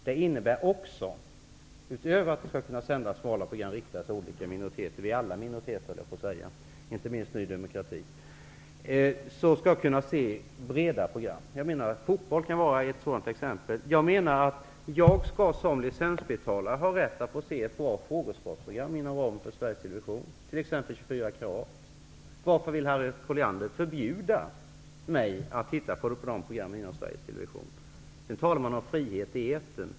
Det innebär att jag utöver smala program riktade till olika minoriteter -- vi är alla minoriteter, inte minst Ny demokrati -- skall kunna se breda program. Fotboll kan vara ett sådant exempel. Jag skall såsom licensbetalare ha rätt att se ett bra frågesportprogram inom ramen för Harriet Colliander förbjuda mig att se på de programmen inom Sveriges Television? Sedan talar man om frihet i etern.